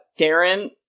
Darren